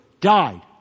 died